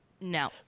No